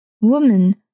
Woman